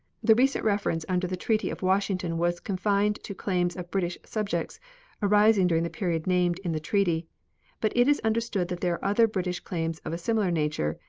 the recent reference under the treaty of washington was confined to claims of british subjects arising during the period named in the treaty but it is understood that there are other british claims of a similar nature,